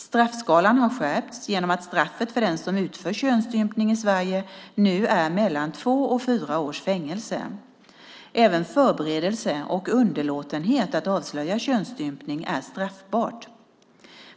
Straffskalan har skärpts genom att straffet för den som utför könsstympning i Sverige nu är mellan två och fyra års fängelse. Även förberedelse för och underlåtenhet att avslöja könsstympning är straffbart.